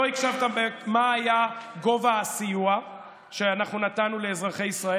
לא הקשבת מה היה גובה הסיוע שאנחנו נתנו לאזרחי ישראל.